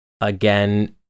again